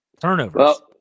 Turnovers